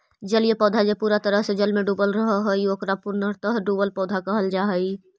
जलीय पौधा जे पूरा तरह से जल में डूबल रहऽ हई, ओकरा पूर्णतः डुबल पौधा कहल जा हई